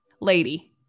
lady